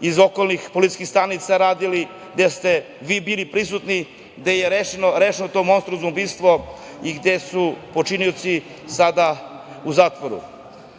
iz okolnih policijskih stanica radili, gde ste vi bili prisutni, gde je rešeno to monstruozno ubistvo i gde su počinioci sada u zatvoru. Mislim